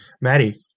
Maddie